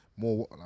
more